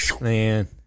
Man